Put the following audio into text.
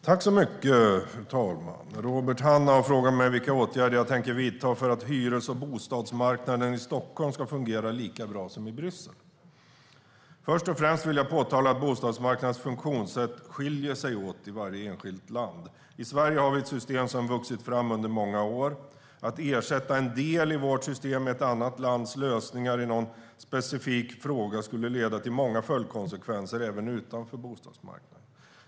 Fru talman! Robert Hannah har frågat mig vilka åtgärder jag tänker vidta för att hyres och bostadsmarknaden i Stockholm ska fungera lika bra som i Bryssel. Först och främst vill jag påpeka att bostadsmarknadens funktionssätt skiljer sig åt i varje enskilt land. I Sverige har vi ett system som har vuxit fram under många år. Att ersätta en del i vårt system med ett annat lands lösningar i en specifik fråga skulle få många följdkonsekvenser även utanför bostadsmarknaden.